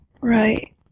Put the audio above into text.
Right